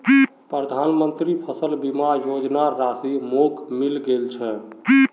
प्रधानमंत्री फसल बीमा योजनार राशि मोक मिले गेल छै